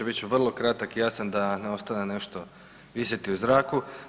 Bit ću vrlo kratak, jasan, da ne ostane nešto visjeti u zraku.